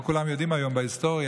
לא כולם יודעים היום את ההיסטוריה,